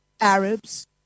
Arabs